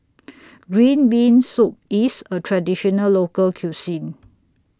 Green Bean Soup IS A Traditional Local Cuisine